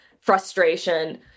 frustration